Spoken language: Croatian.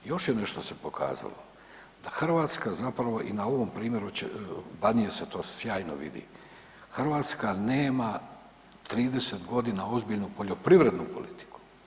Još je nešto se pokazalo, da Hrvatska zapravo i na ovom primjeru će, Banije se to sjajno vidi, Hrvatska nema 30 godina ozbiljnu poljoprivrednu politiku.